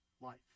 life